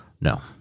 No